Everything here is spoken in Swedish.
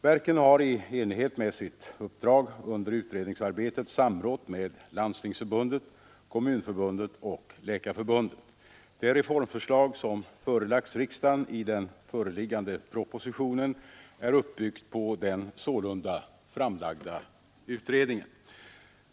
Verken har i enlighet med sitt uppdrag under utredningsarbetet samrått med Landstingsförbundet, Kommunförbundet och Läkarförbundet. Det reformförslag som förelagts riksdagen i den föreliggande propositionen är uppbyggt på den sålunda framlagda utredningen.